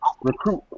recruit